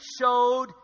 showed